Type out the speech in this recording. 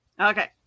Okay